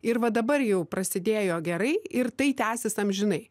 ir va dabar jau prasidėjo gerai ir tai tęsis amžinai